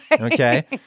Okay